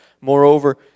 Moreover